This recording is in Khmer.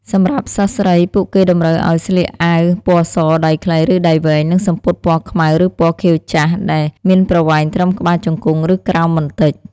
សម្រាប់សិស្សស្រី ពួកគេតម្រូវឲ្យស្លៀកអាវពណ៌ស ដៃខ្លី ឬដៃវែង និងសំពត់ពណ៌ខ្មៅ ឬពណ៌ខៀវចាស់ ដែលមានប្រវែងត្រឹមក្បាលជង្គង់ ឬក្រោមបន្តិច។